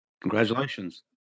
Congratulations